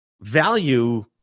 value